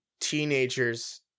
teenagers